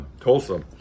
Tulsa